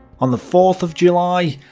on the fourth of july,